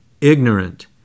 ignorant